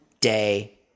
day